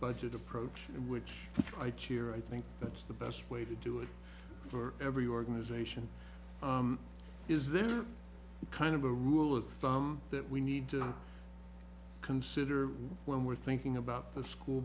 budget approach which i cheer i think that's the best way to do it for every organization is there kind of a rule of thumb that we need to consider when we're thinking about the school